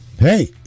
Hey